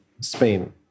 Spain